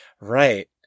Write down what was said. Right